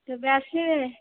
କେବେ ଆସିବେ